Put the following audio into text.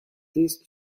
these